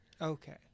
Okay